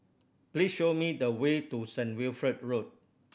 please show me the way to Saint Wilfred Road